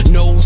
no